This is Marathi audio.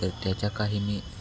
तर त्याच्या काही मी